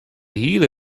hiele